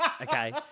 okay